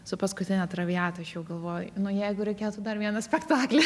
su paskutine traviata aš jau galvoju nu jeigu reikėtų dar vieną spektaklį